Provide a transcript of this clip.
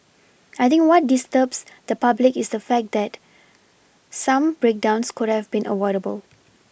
I think what disturbs the public is the fact that some breakdowns could have been avoidable